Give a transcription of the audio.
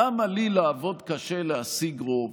למה לי לעבוד קשה להשיג רוב,